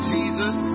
Jesus